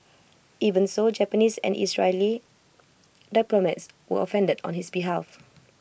even so Japanese and Israeli diplomats were offended on his behalf